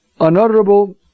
unutterable